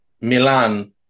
Milan